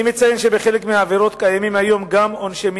אני מציין שבחלק מהעבירות קיימים היום גם עונשי מינימום.